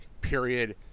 period